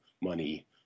money